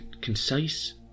Concise